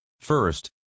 First